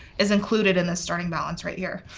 is included in this starting balance, right here.